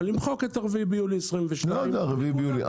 אבל למחוק את ה-4 ביולי 22'. לא יודע ה-4 ביולי.